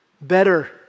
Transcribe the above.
better